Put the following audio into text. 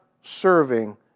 serving